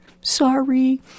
Sorry